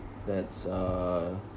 that's uh